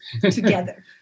together